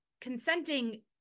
consenting